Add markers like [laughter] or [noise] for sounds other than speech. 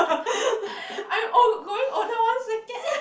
[laughs] I'm old growing older one second [laughs]